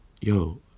yo